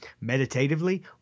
Meditatively